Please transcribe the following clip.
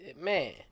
man